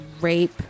rape